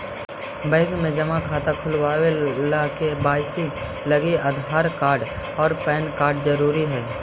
bank में जमा खाता खुलावे ला के.वाइ.सी लागी आधार कार्ड और पैन कार्ड ज़रूरी हई